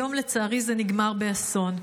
היום, לצערי, זה נגמר באסון.